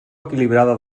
equilibrada